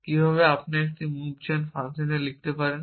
কিভাবে আপনি একটি মুভ জেন ফাংশন লিখতে পারেন